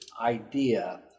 idea